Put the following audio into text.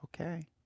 Okay